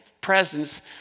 presence